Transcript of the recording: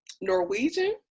Norwegian